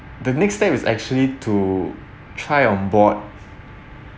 the next step was actually to try on board